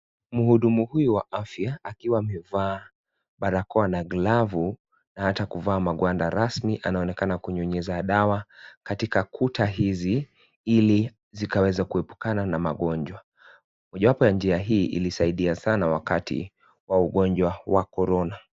Mhudumu huyu wa afya, akiwa amevaa barakoa na glovu, na hata kuvaa magwanda rasmi, anaonekana kunyunyiza dawa katika kuta hizi, hili zikaweze kuepukana na magonjwa. Mojawapo ya njia hii ilisaidia sana wakati wa ugonjwa wa Korona.